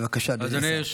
בבקשה, אדוני השר.